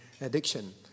addiction